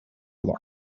look